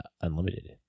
Unlimited